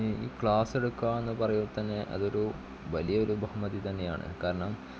ഈ ക്ലാസ് എടുക്കുക എന്ന് പറയുന്നത് തന്നെ അതൊരു വലിയ ഒരു ബഹുമതി തന്നെയാണ് കാരണം